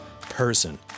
person